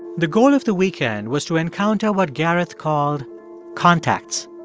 the goal of the weekend was to encounter what gareth called contacts.